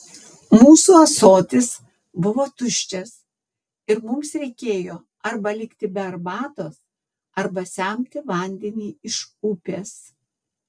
mūsų ąsotis buvo tuščias ir mums reikėjo arba likti be arbatos arba semti vandenį iš upės